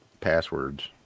Passwords